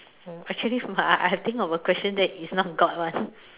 actually I I have think of a question that is not god [one]